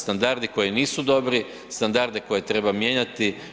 Standardi koji nisu dobri, standarde koje treba mijenjati.